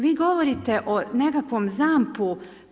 Vi govorite o nekakvom ZAMP-u.